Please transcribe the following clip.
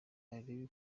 arebe